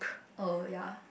oh ya